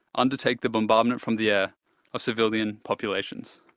undertake the bombardment from the air of civilian populations